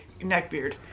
neckbeard